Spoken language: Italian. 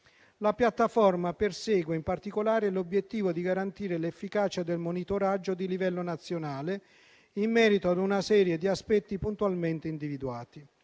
La piattaforma persegue in particolare l'obiettivo di garantire l'efficacia del monitoraggio di livello nazionale in merito ad una serie di aspetti puntualmente individuati.